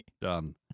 Done